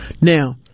now